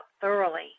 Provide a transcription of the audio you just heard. thoroughly